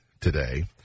today